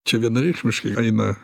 čia vienareikšmiškai eina